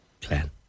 plan